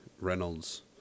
Reynolds